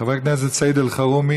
חבר הכנסת סעיד אלחרומי,